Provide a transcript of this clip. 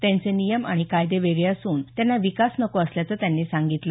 त्यांचे नियम आणि कायदे वेगळे असून त्यांना विकास नको असल्याचं त्यांनी सांगितलं